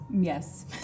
Yes